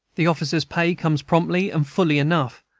the officers' pay comes promptly and fully enough,